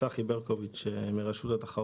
שלום לכולם, אני צחי ברקוביץ' מרשות התחרות.